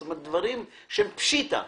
כלומר דברים שהם פשיטא.